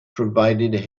provided